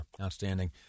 outstanding